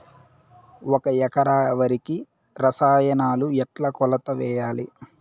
ఒక ఎకరా వరికి రసాయనాలు ఎట్లా కొలత వేయాలి?